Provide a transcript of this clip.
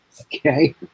Okay